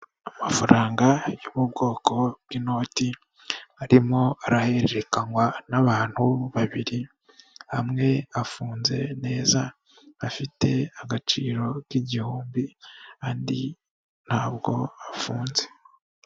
Amafaranga y'ubu bwoko bw'inoti arimo arahererekanywa n'abantu babiri, amwe afunze neza afite agaciro k'igihumbi andi ntabwo afunze.